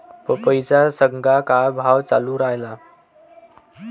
पपईचा सद्या का भाव चालून रायला?